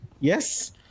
Yes